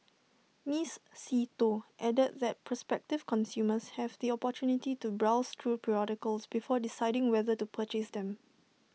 miss see Tho added that prospective consumers have the opportunity to browse through periodicals before deciding whether to purchase them